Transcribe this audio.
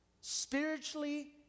spiritually